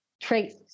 traits